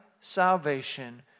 salvation